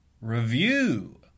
review